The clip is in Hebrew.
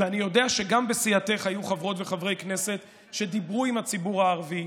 ואני יודע שגם בסיעתך היו חברות וחברי כנסת שדיברו עם הציבור הערבי,